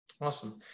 Awesome